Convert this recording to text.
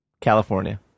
California